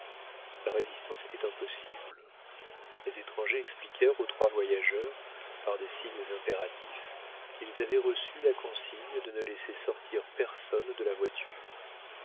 la résistance était impossible les étrangers expliquèrent aux trois voyageurs par des signes impératifs qu'ils avaient reçu la consigne de ne laisser sortir personne de la voiture